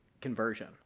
conversion